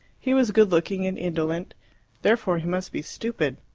he was good-looking and indolent therefore he must be stupid.